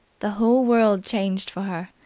the whole world changed for her.